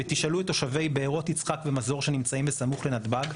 ותשאלו את תושבי בארות יצחק ומזור שנמצאים בסמוך לנתב"ג,